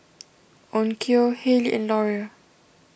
Onkyo Haylee and Laurier